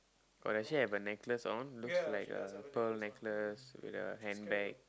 oh does she have a necklace on looks like a pearl necklace with a handbag